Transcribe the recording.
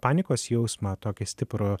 panikos jausmą tokį stiprų